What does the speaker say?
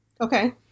Okay